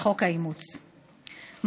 לחוק האימוץ.